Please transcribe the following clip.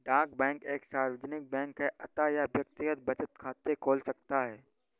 डाक बैंक एक सार्वजनिक बैंक है अतः यह व्यक्तिगत बचत खाते खोल सकता है